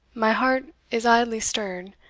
my heart is idly stirred,